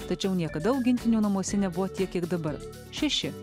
tačiau niekada augintinių namuose nebuvo tiek kiek dabar šeši